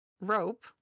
rope